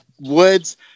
woods